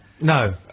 No